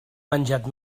menjat